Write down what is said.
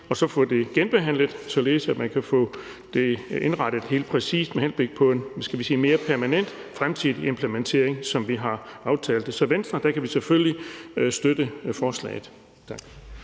og få det genbehandlet, så man kan få det indrettet helt præcist med henblik på en, skal vi sige mere permanent fremtidig implementering, sådan som vi har aftalt. Så i Venstre kan vi selvfølgelig støtte forslaget.